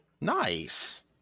Nice